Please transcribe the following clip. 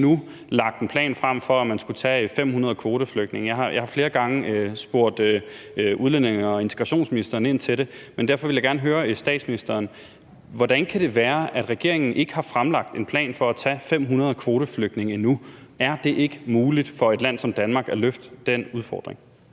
lagt en plan frem for, om man skulle tage 500 kvoteflygtninge. Jeg har flere gange spurgt udlændinge- og integrationsministeren ind til det. Men derfor vil jeg gerne høre statsministeren: Hvordan kan det være, at regeringen ikke har fremlagt en plan for at tage 500 kvoteflygtninge endnu? Er det ikke muligt for et land som Danmark at løfte den udfordring?